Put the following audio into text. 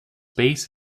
base